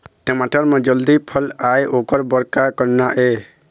टमाटर म जल्दी फल आय ओकर बर का करना ये?